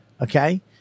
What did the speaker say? okay